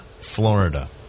Florida